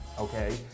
okay